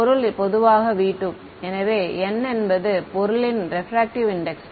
பொருள் பொதுவாக V2 எனவே n என்பது பொருளின் ரெப்ராக்டிவ் இன்டெக்ஸ்